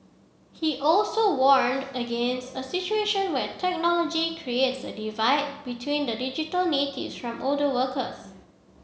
he also warned against a situation where technology creates a divide between the digital natives from older workers